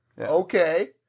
Okay